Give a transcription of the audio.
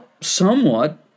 somewhat